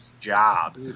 job